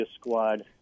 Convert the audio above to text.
Squad